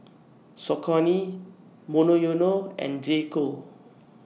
Saucony Monoyono and J Co